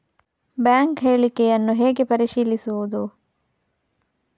Bank ಹೇಳಿಕೆಯನ್ನು ಹೇಗೆ ಪರಿಶೀಲಿಸುವುದು?